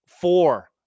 Four